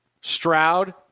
Stroud